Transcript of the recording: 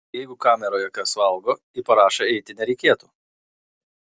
jeigu kameroje kas valgo į parašą eiti nereikėtų